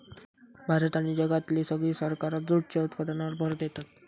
भारत आणि जगातली सगळी सरकारा जूटच्या उत्पादनावर भर देतत